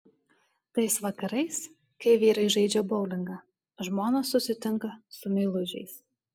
tais vakarais kai vyrai žaidžia boulingą žmonos susitinka su meilužiais